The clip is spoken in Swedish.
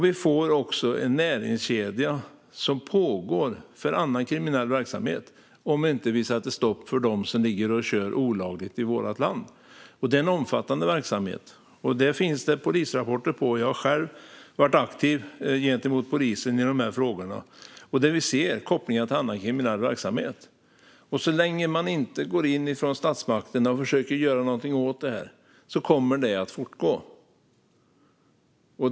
Vi får också en näringskedja för annan kriminell verksamhet om vi inte sätter stopp för dem som ligger och kör olagligt i vårt land. Det är en omfattande verksamhet. Detta finns det polisrapporter om. Jag har själv varit aktiv gentemot polisen i de här frågorna. Vi ser också kopplingar till annan kriminell verksamhet. Så länge man inte går in från statsmakten och försöker göra någonting åt detta kommer det att fortgå.